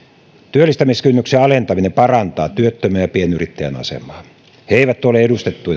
työllistämiskynnyksen alentaminen parantaa työttömän ja pienyrittäjän asemaa he eivät ole edustettuina työmarkkinaneuvotteluissa mutta